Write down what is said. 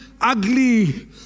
ugly